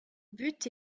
but